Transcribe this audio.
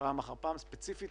פעם אחר פעם, ספציפית,